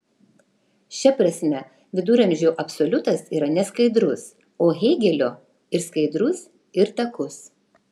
šia prasme viduramžių absoliutas yra neskaidrus o hėgelio ir skaidrus ir takus